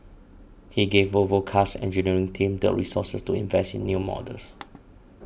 he gave Volvo Car's engineering team the resources to invest in new models